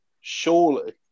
Surely